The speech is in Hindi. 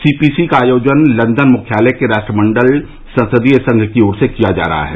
सी पी सी का आयोजन लंदन मुख्यालय के राष्ट्रमंडल संसदीय संघ की ओर से किया जा रहा है